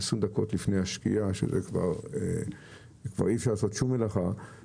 20 דקות לפני השקיעה כשכבר אי אפשר לעשות שום מלאכה,